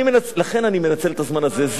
לכן, אני מנצל את הזמן הזה.